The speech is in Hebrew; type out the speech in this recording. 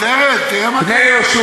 שטרן, תראה מה, "פני יהושע",